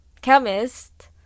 chemist